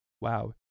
wow